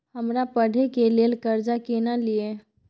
हमरा पढ़े के लेल कर्जा केना लिए?